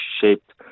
shaped